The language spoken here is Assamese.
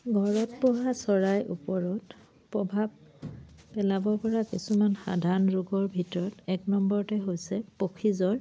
ঘৰত পোহা চৰাইৰ ওপৰত প্ৰভাৱ পেলাব পৰা কিছুমান সাধাৰণ ৰোগৰ ভিতৰত এক নম্বৰতে হৈছে পক্ষীজ্বৰ